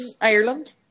Ireland